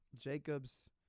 Jacob's